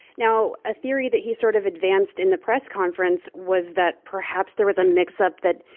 now, a theory that he sort of advanced in the press conference was that perhaps there was a mix-up, that,